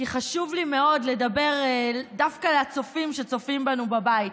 כי חשוב לי מאוד לדבר דווקא לצופים שצופים בנו בבית.